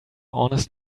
honest